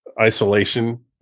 isolation